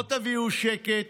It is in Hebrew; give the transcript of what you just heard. לא תביאו שקט,